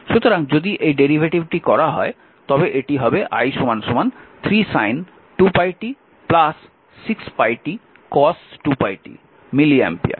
সুতরাং যদি এই ডেরিভেটিভটি করা হয় তবে এটি হবে i 3 sin 6t cos 2πt milli ampere